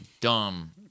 dumb